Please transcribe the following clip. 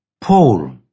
Paul